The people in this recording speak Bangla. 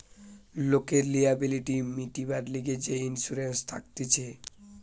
লোকের লিয়াবিলিটি মিটিবার লিগে যে ইন্সুরেন্স থাকতিছে